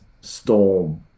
Storm